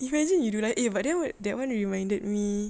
imagine you do like eh but then that [one] reminded me